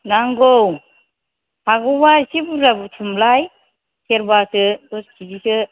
नांगौ हागौबा एसे बुरजा बुथुमलाय सेरबासो दस केजिसो